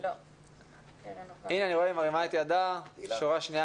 אנחנו אמונים על גילאי לידה עד שלוש ולרוב